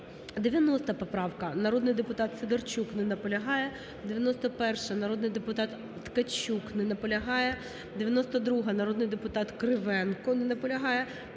90 поправка, народний депутат Сидорчук. Не наполягає. 91-а, народний депутат Ткачук. Не наполягає. 92-а, народний депутат Кривенко. Не наполягає.